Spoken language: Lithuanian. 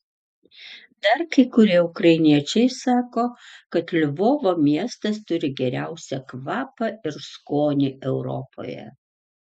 dar kai kurie ukrainiečiai sako kad lvovo miestas turi geriausią kvapą ir skonį europoje